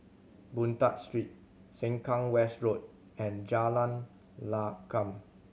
Boon Tat Street Sengkang West Road and Jalan Lakum